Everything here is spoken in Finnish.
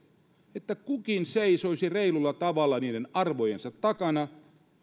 että kukin seisoisi reilulla tavalla arvojensa takana